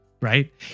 right